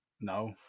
No